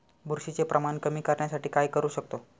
बुरशीचे प्रमाण कमी करण्यासाठी काय करू शकतो?